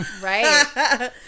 Right